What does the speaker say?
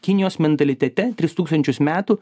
kinijos mentalitete tris tūkstančius metų